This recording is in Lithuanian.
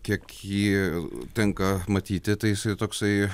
kiek jį tenka matyti tai jisai toksai